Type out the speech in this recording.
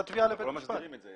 אנחנו לא מסדירים את זה.